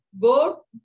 go